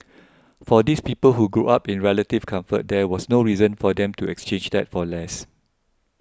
for these people who grew up in relative comfort there was no reason for them to exchange that for less